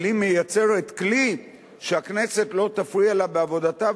אבל היא מייצרת כלי שהכנסת לא תפריע לה בעבודתה,